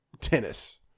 tennis